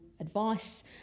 advice